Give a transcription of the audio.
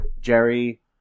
Jerry